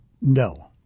no